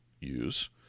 use